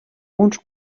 uns